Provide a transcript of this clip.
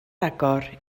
agor